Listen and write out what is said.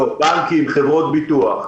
בנקים, חברות ביטוח,